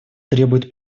требует